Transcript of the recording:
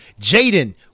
Jaden